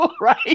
right